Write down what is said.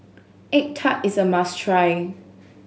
egg tart is a must try